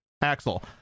Axel